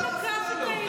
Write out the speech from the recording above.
הוא לא תקף את ההילולה,